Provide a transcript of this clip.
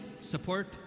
support